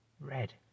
red